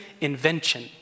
invention